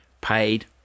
paid